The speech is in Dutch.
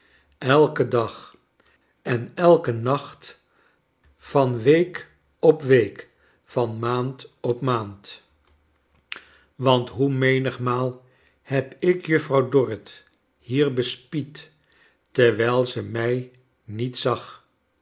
elken dag en elken nacht van week op week van maand op maand want hoe menigmaal heb ik juffrouw dorrit hier bespied terwijl ze mij niet zag